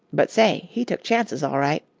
but say, he took chances, all right.